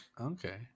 Okay